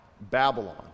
Babylon